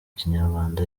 kinyarwanda